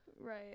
Right